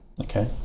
Okay